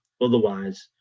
otherwise